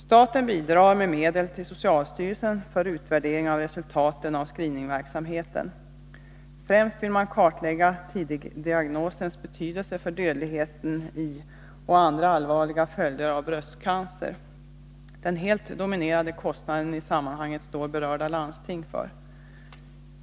Staten bidrar med medel till socialstyrelsen för utvärdering av resultaten av screeningverksamheten. Främst vill man kartlägga tidigdiagnosens betydelse för dödligheten i och andra allvarliga följder av bröstcancer. Den helt dominerande kostnaden i sammanhanget står berörda landsting för.